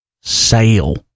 sale